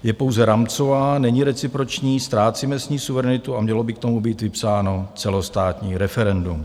Je pouze rámcová, není reciproční, ztrácíme s ní suverenitu a mělo by k tomu být vypsáno celostátní referendum.